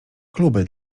kluby